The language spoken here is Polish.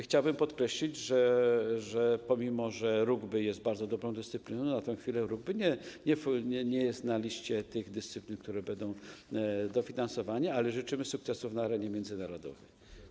Chciałbym podkreślić, że mimo iż rugby jest bardzo dobrą dyscypliną, na tę chwilę nie jest na liście tych dyscyplin, które będą dofinansowane, ale życzymy sukcesów na arenie międzynarodowej.